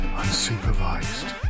unsupervised